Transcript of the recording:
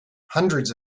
hundreds